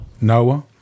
Noah